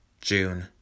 June